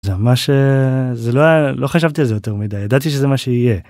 זה מה ש.. זה לא היה, לא חשבתי על זה יותר מדי ידעתי שזה מה שיהיה.